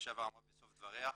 אמרה בסוף דבריה.